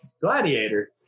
gladiator